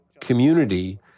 community